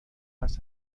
است